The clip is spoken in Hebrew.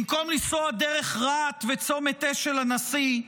במקום לנסוע דרך רהט וצומת אשל הנשיא,